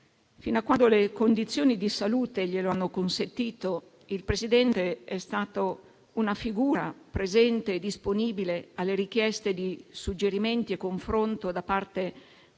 Fino a quando le condizioni di salute glielo hanno consentito, il Presidente è stato una figura presente e disponibile alle richieste di suggerimenti e confronto da parte